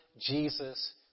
Jesus